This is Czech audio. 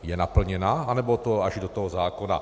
Je naplněna, anebo to až do toho zákona?